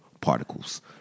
particles